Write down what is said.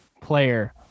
player